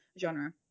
genre